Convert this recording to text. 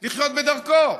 לחיות בדרכו.